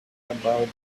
about